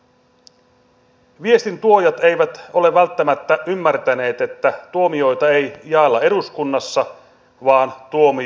viestin tuojat eivät ole välttämättä ymmärtäneet että tuomioita ei jaella eduskunnassa vaan tuomioistuimissa